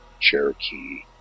Cherokee